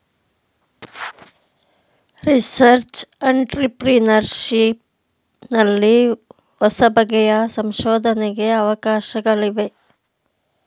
research entrepreneurship ನಲ್ಲಿ ಹೊಸಬಗೆಯ ಸಂಶೋಧನೆಗೆ ಅವಕಾಶಗಳಿವೆ